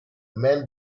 men